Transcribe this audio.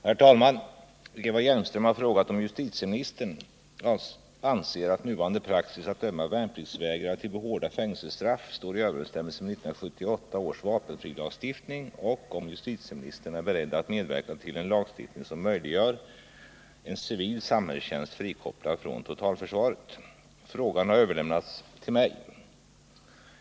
Herr talman! Eva Hjelmström har frågat om justitieministern anser att nuvarande praxis att döma värnpliktsvägrare till hårda fängelsestraff står i överensstämmelse med 1978 års vapenfrilagstiftning och om justitieministern är beredd att medverka till en lagstiftning som möjliggör en civil samhällstjänst, frikopplad från totalförsvaret. Frågan har överlämnats till mig.